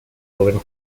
gobierno